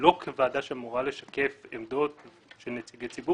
לא כוועדה שאמורה לשקף עמדות של נציגי ציבור